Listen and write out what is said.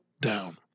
down